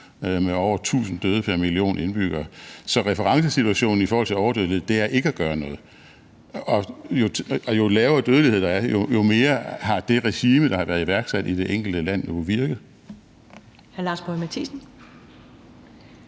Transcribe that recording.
med over 1.000 døde pr. million indbyggere. Så referencesituationen i forhold til overdødelighed er ikke at gøre noget, og jo lavere dødelighed der er, jo mere har det regime, der har været iværksat i det enkelte land, jo virket.